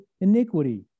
iniquity